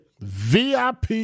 VIP